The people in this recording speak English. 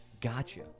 gotcha